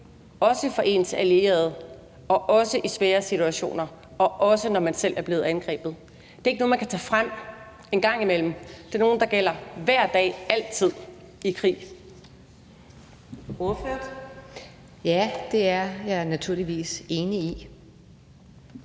også for ens allierede og også i svære situationer og også, når man selv er blevet angrebet. Det er ikke nogen, man kan tage frem en gang imellem; det er nogen, der gælder hver dag, altid, i krig.